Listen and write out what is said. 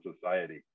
society